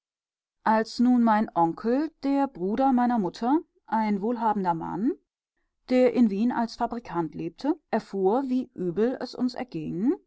als nun mein onkel der bruder meiner mutter ein wohlhabender mann der in wien als fabrikant lebte erfuhr wie übel es uns erging